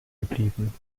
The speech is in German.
geblieben